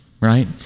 right